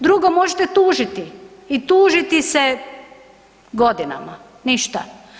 Drugo, možete tužiti i tužiti se godinama, ništa.